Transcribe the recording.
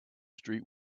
street